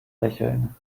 lächeln